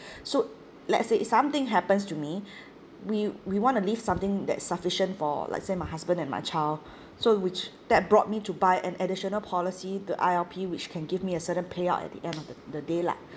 so let's say if something happens to me we we want to leave something that's sufficient for like say my husband and my child so which that brought me to buy an additional policy the I_L_P which can give me a certain payout at the end of the the day lah